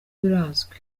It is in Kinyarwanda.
birazwi